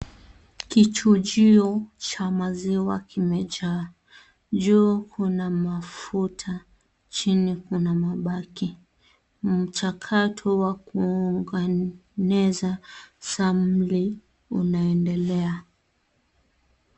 Kichuchio cha maziwa kimejaa. Juu kuna mafuta, chini kuna mabaki. Mchakato wa kuunganisha sampuli unaendelea.